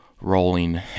rolling